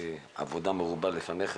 עבודה מרובה לפניך